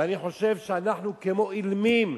ואני חושב שאנחנו כמו אילמים,